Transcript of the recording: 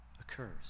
occurs